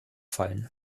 fallen